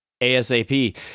ASAP